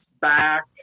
back